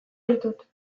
ditut